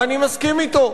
ואני מסכים אתו.